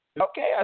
Okay